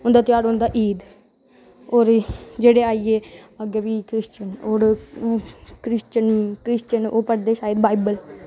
उंदा ध्यार होंदा ईद ते जेह्ड़े आइयै क्रिशिचय ओह् आइये क्रिशिचयन ओह् पढ़दे शायद बाईबल